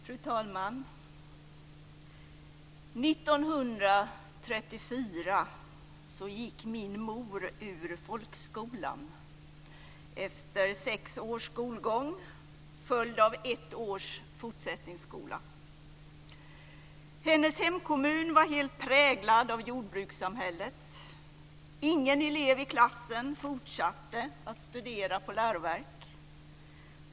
Fru talman! År 1934 gick min mor ut folkskolan efter sex års skolgång följd av ett år i fortsättningsskola. Hennes hemkommun var helt präglad av jordbrukssamhället. Ingen elev i klassen fortsatte att studera på läroverk.